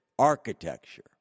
architecture